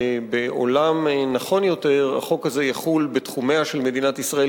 בעולם נכון יותר החוק הזה יחול בתחומיה של מדינת ישראל,